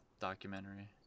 documentary